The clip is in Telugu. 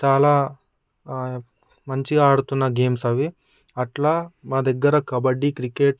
చాలా మంచిగా ఆడుతున్న గేమ్స్ అవి అట్లా మా దగ్గర కబడ్డీ క్రికెట్